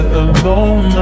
alone